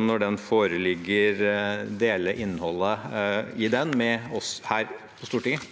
Når den foreligger, vil statsråden dele innholdet i den med oss her på Stortinget?